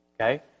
Okay